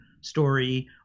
story